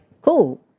cool